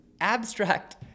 abstract